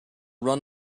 run